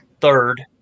third